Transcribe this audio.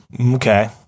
Okay